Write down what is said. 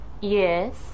Yes